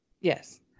Yes